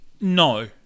No